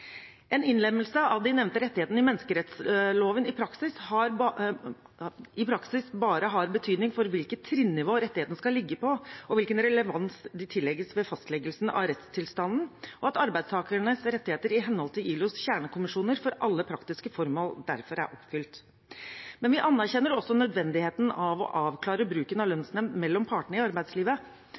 En innlemmelse av de nevnte rettighetene i menneskerettsloven i praksis har bare betydning for hvilket trinnivå rettighetene skal ligge på, og hvilken relevans de tillegges ved fastleggelsen av rettstilstanden, og at arbeidstakernes rettigheter i henhold til ILOs kjernekonvensjoner for alle praktiske formål derfor er oppfylt. Men vi anerkjenner også nødvendigheten av å avklare bruken av lønnsnemnd mellom partene i arbeidslivet.